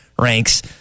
ranks